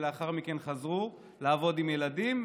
ולאחר מכן חזרו לעבוד עם ילדים,